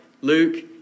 Luke